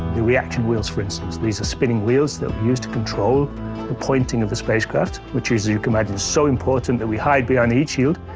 the reaction wheels, for instance. these are spinning wheels that we use to control the pointing of the spacecraft. which is, you you can imagine, so important that we hide behind the heat shield.